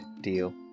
deal